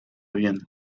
bien